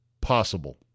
possible